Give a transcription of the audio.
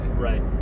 Right